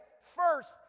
first